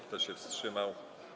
Kto się wstrzymał?